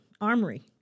armory